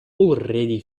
already